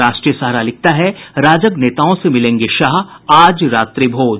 राष्ट्रीय सहारा लिखता है राजग नेताओं से मिलेंगे शाह आज रात्रि भोज